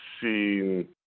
seen